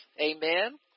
Amen